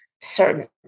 certain